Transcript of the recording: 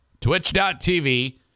Twitch.tv